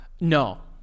No